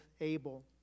Abel